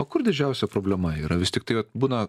o kur didžiausia problema yra vis tiktai vat būna